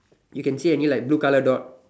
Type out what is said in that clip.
you can see any like blue colour dot